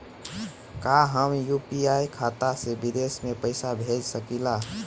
का हम यू.पी.आई खाता से विदेश में पइसा भेज सकिला?